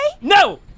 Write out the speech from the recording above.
No